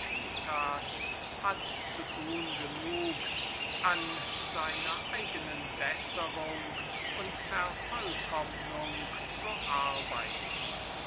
hat zu tun genug an seiner eigenen besserung und vervollkommnung zu arbeiten